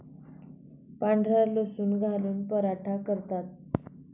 पांढरा लसूण घालून पराठा करतात